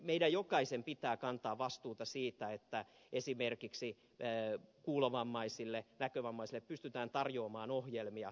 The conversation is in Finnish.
meidän jokaisen pitää kantaa vastuuta siitä että esimerkiksi kuulovammaisille näkövammaisille pystytään tarjoamaan ohjelmia